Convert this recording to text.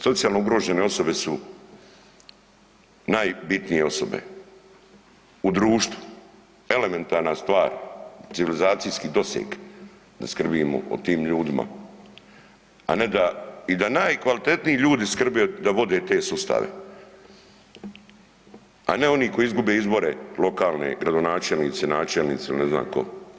Socijalno ugrožene osobe su najbitnije osobe u društvu, elementarna stvar, civilizacijski doseg da skrbimo o tim ljudima, a ne i da najkvalitetniji ljude skrbe da vode te sustav, e ne oni koji izgube izbore lokalne gradonačelnici, načelnici ili ne znam ko.